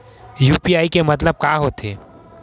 UPI के मतलब का होथे?